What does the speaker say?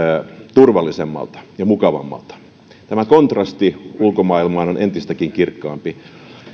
turvallisemmalta ja mukavammalta tämä kontrasti ulkomaailmaan on entistäkin kirkkaampi